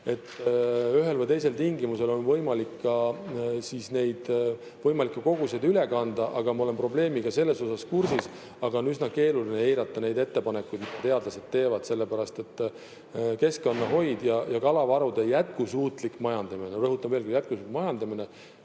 ühel või teisel tingimusel on võimalik ka neid võimalikke koguseid üle kanda. Ma olen probleemi selle osaga kursis. Aga on üsna keeruline eirata neid ettepanekuid, mida teadlased teevad, sellepärast et keskkonnahoid ja kalavarude jätkusuutlik majandamine – rõhutan veel: jätkusuutlik majandamine